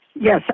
Yes